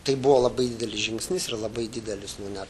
tai buvo labai didelis žingsnis ir labai didelis nu net